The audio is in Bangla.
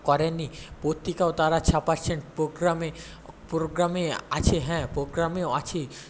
করেননি পত্রিকাও তারা ছাপাচ্ছেন পোগ্রামে প্রোগ্রামে আছে হ্যাঁ পোগ্রামেও আছে